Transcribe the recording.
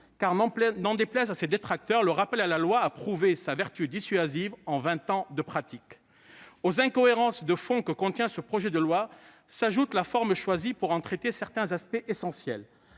N'en déplaise à ses détracteurs, le rappel à la loi a prouvé sa vertu dissuasive en vingt ans de pratique. Aux incohérences de fond que contient ce projet de loi s'ajoute la forme choisie pour en traiter certains aspects essentiels